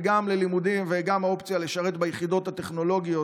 וגם אופציה לשרת ביחידות הטכנולוגיות,